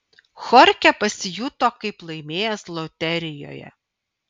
chorchė pasijuto kaip laimėjęs loterijoje